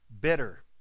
bitter